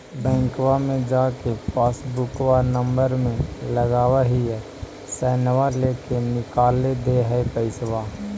बैंकवा मे जा के पासबुकवा नम्बर मे लगवहिऐ सैनवा लेके निकाल दे है पैसवा?